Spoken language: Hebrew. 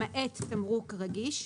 למעט תמרוק רגיש,